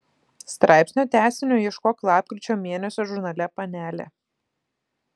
straipsnio tęsinio ieškok lapkričio mėnesio žurnale panelė